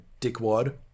dickwad